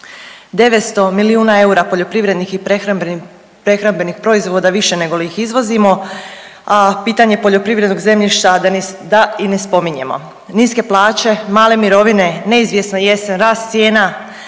900 milijuna eura poljoprivrednih i prehrambenih proizvoda više nego li ih izvozimo, a pitanje poljoprivrednog zemljišta da i ne spominjemo. Niske plaće, male mirovine, neizvjesna jesen, rast cijena,